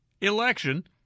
election